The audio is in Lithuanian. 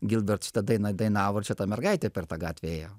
gilbert šitą dainą dainavo ir čia ta mergaitė per tą gatvę ėjo